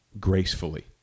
gracefully